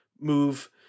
move